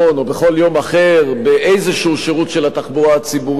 בכל יום אחר באיזה שירות של התחבורה הציבורית,